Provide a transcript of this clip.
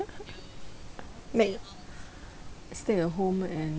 make stay at home and